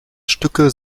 stücke